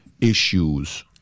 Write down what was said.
issues